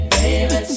Baby